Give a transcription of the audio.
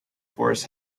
forest